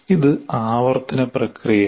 ഇത് ആവർത്തന പ്രക്രിയയാണ്